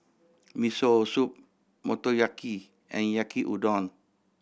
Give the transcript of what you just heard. Miso Soup Motoyaki and Yaki Udon